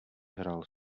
hrál